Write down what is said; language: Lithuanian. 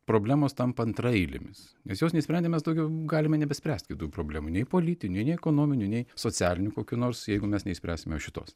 problemos tampa antraeilėmis nes jos neišsprendę mes daugiau galime nebespręst kitų problemų nei politinių nei ekonominių nei socialinių kokių nors jeigu mes neišspręsime šitos